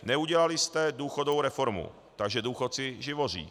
Neudělali jste důchodovou reformu, takže důchodci živoří.